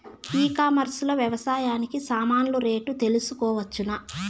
ఈ కామర్స్ లో వ్యవసాయానికి సామాన్లు రేట్లు తెలుసుకోవచ్చునా?